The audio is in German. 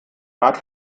art